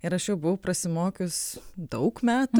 ir aš jau buvau prasimokius daug metų